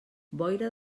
boira